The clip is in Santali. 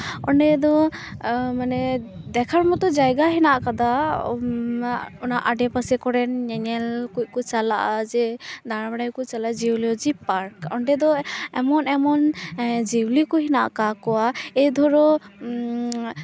ᱚᱸᱰᱮ ᱫᱚ ᱢᱟᱱᱮ ᱫᱮᱠᱷᱟᱨ ᱢᱚᱛᱚ ᱡᱟᱭᱜᱟ ᱢᱮᱱᱟᱜ ᱟᱠᱟᱫᱟ ᱚᱱᱟ ᱟᱰᱮ ᱯᱟᱥᱮ ᱠᱚᱨᱮᱱ ᱧᱮᱞ ᱠᱚᱡ ᱠᱚ ᱪᱟᱞᱟᱜᱼᱟ ᱡᱮ ᱫᱟᱬᱟᱵᱟᱲᱟᱭ ᱠᱚ ᱪᱟᱞᱟᱜᱼᱟ ᱡᱤᱭᱳᱞᱚᱡᱤ ᱯᱟᱨᱠ ᱚᱸᱰᱮ ᱫᱚ ᱮᱢᱚᱱ ᱮᱢᱚᱱ ᱡᱤᱭᱟᱹᱞᱤ ᱦᱮᱱᱟᱜ ᱟᱠᱟᱫ ᱠᱚᱣᱟ ᱮᱭ ᱫᱷᱚᱨᱚ